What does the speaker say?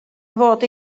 fod